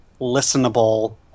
listenable